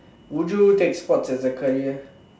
would you take sports as a career